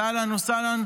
אז אהלן וסהלן,